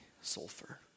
Sulfur